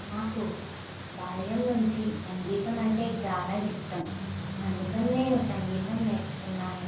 నాకు బాల్యం నుంచి సంగీతం అంటే చాలా ఇష్టం అందుకని నేను సంగీతం నేర్చుకున్నాను